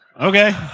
Okay